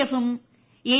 എഫും എൻ